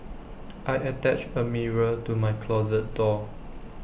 I attached A mirror to my closet door